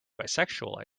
bisexual